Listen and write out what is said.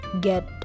get